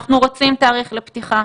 אנחנו רוצים תאריך לפתיחה,